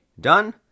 done